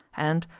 and,